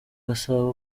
gasabo